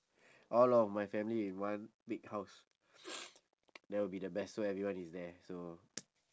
all of my family in one big house that would be the best so everyone is there so